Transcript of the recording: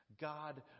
God